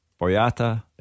Boyata